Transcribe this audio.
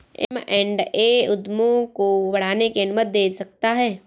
M and A उद्यमों को बढ़ाने की अनुमति दे सकता है